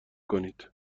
کنید